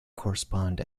correspond